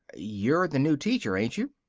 you're the new teacher, ain't you?